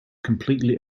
completely